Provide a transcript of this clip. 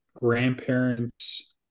grandparents